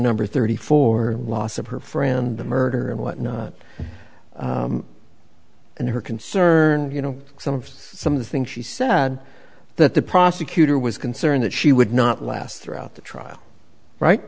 number thirty four the loss of her friend the murder and whatnot and her concern you know some of some of the things she said that the prosecutor was concerned that she would not last throughout the trial right